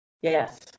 Yes